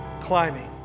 climbing